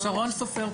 סופר,